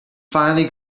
finally